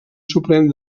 suprem